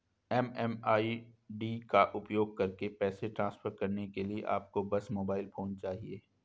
MMID का उपयोग करके पैसे ट्रांसफर करने के लिए आपको बस मोबाइल फोन चाहिए